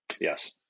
yes